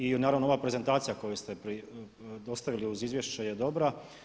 I naravno ova prezentacija koju ste dostavili uz izvješće je dobra.